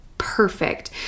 perfect